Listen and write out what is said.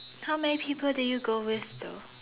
how many people do you go with though